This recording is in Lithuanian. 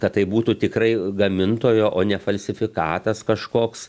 kad tai būtų tikrai gamintojo o ne falsifikatas kažkoks